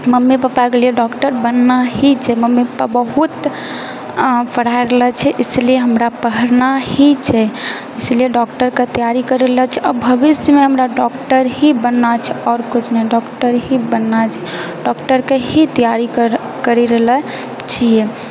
mummy पापाके लिए doctor बनना ही छै मम्मी पापा बहुत पढ़ाए रहलए छै ईसलिय हमरा पढ़ना ही छै ईसलिए डॉक्टरके तैयारी करैला छै आ भविष्य हमरा डॉक्टर ही बनना छै आओर किछु नहि डॉक्टर ही बनना छै डॉक्टरके ही तैयारी करी रहलए छियै